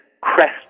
Crest